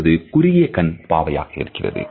மற்றது குறுகிய கண் பாவையாக இருக்கிறது